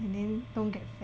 and then don't get fat